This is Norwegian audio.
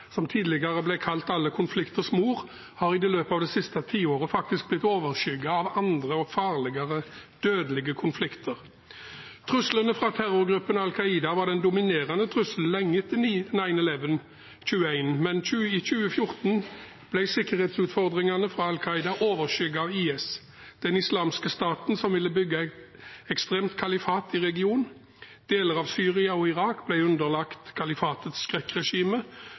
som tidligere ble kalt «alle konflikters mor», har i løpet av det siste tiåret faktisk blitt overskygget av andre og farligere dødelige konflikter. Truslene fra terrorgruppen Al Qaida var den dominerende trusselen lenge etter 11. september 2001, men i 2014 ble sikkerhetsutfordringene fra Al Qaida overskygget av IS, Den islamske staten, som ville bygge et ekstremt kalifat i regionen. Deler av Syria og Irak ble underlagt kalifatets skrekkregime.